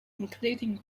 including